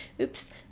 Oops